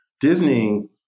Disney